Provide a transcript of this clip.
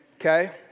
okay